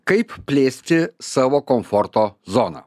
kaip plėsti savo komforto zoną